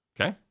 Okay